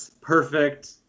perfect